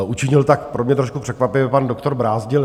Učinil tak pro mě trošku překvapivě pan doktor Brázdil.